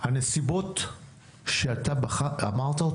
הנסיבות שאתה אמרת,